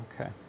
Okay